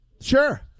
sure